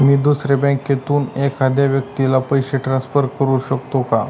मी दुसऱ्या बँकेतून एखाद्या व्यक्ती ला पैसे ट्रान्सफर करु शकतो का?